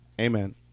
Amen